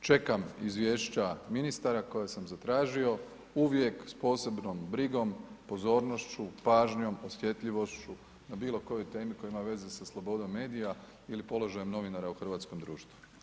čekam izvješća ministara koja sam zatražio uvijek s posebnom brigom, pozornošću, pažnjom, osjetljivošću o bilo kojoj temi koja ima veze sa slobodom medija ili položajem novinara u hrvatskom društvu.